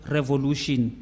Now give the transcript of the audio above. Revolution